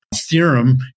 theorem